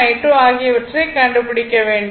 I2 ஆகியவற்றை கண்டுபிடிக்க வேண்டும்